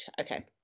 Okay